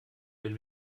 wenn